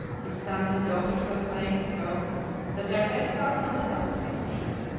his sons and daughters were placed so that their heads were on a level with his feet.